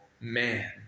man